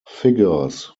figures